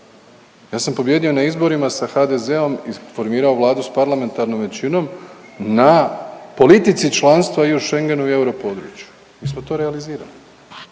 Ja sam pobijedio na izborima sa HDZ-om i formirao Vladu sa parlamentarnom većinom na politici članstva i u Schengenu i u euro području. Mi smo to realizirali,